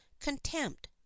contempt